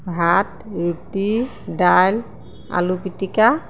ভাত ৰুটি দাইল আলু পিটিকা